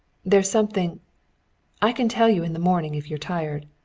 there's something i can tell you in the morning if you're tired.